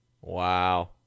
Wow